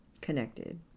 connected